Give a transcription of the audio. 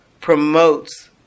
promotes